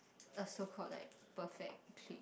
a so called like perfect trick